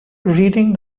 reading